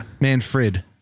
Manfred